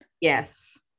yes